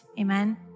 amen